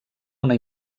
una